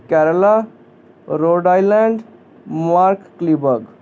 Kerala Rhode Island ਮੋਆਰਕਕਲੀਬਗ